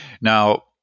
Now